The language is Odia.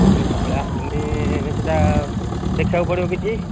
ପାଣି ସପ୍ଲାଏ ଆସୁନି ସେହିଟା ଦେଖିବାକୁ ପଡ଼ିବ କିଛି